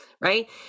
Right